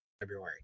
February